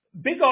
big